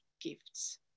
gifts